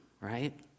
right